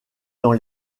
dans